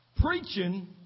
Preaching